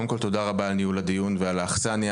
קודם כל תודה רבה על ניהול הדיון, ועל האכסניה.